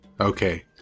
Okay